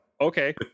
Okay